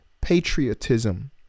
patriotism